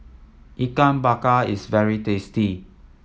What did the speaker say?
Ikan Bakar is very tasty